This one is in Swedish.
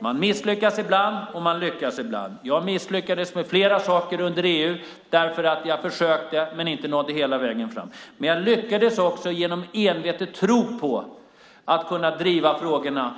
Man misslyckas ibland, och man lyckas ibland. Jag misslyckades med flera saker i EU därför att jag försökte men inte nådde hela vägen fram. Men jag lyckades också genom att envetet tro på att kunna driva frågorna.